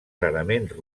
rarament